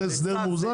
זה הסדר מאוזן?